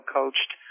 coached